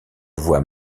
voix